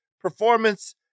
performance